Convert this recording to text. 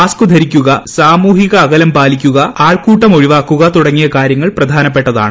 mask ധരിക്കുക സാമൂഹിക അകലം പാലിക്കുക ആൾക്കൂട്ടം ഒഴിവാക്കുക തുടങ്ങിയ കാര്യങ്ങൾ പ്രധാനപ്പെട്ടതാണ്